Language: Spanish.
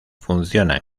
funcionan